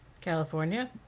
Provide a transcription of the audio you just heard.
California